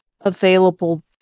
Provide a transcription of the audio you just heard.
available